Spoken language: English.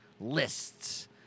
lists